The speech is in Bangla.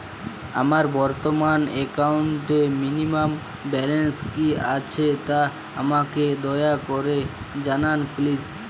আমার বর্তমান একাউন্টে মিনিমাম ব্যালেন্স কী আছে তা আমাকে দয়া করে জানান প্লিজ